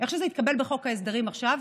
איך זה התקבל בחוק ההסדרים עכשיו,